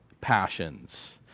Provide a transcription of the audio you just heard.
passions